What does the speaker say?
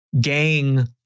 Gang